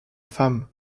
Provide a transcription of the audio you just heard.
femme